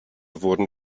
wurden